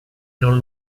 non